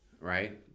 right